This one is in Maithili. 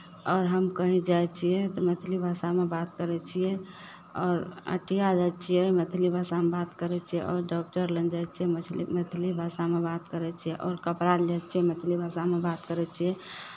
आओर हम कहीँ जाइ छियै तऽ मैथिली भाषामे बात करै छियै आओर हटिया जाइ छियै मैथिली भाषामे बात करै छियै आओर डॉक्टर लग जाइ छियै मैछिली मैथिली भाषामे बात करै छियै आओर कपड़ा लेल जाइ छियै मैथिली भाषामे बात करै छियै